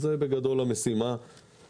זו המשימה בגדול.